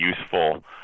useful